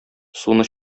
суны